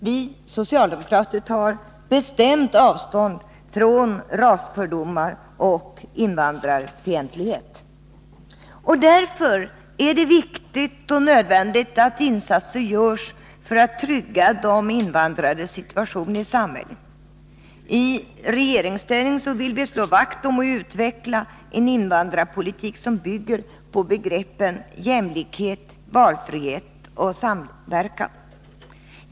Vi socialdemokrater tar bestämt avstånd från rasfördomar och invandrarfientlighet. Därför är det viktigt och nödvändigt att insatser görs för att trygga invandrarnas situation i samhället. I regeringsställning vill vi slå vakt om och utveckla en invandrarpolitik som bygger på begreppen jämlikhet, valfrihet och samverkan.